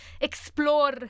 explore